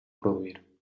produir